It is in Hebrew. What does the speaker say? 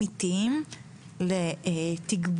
כן,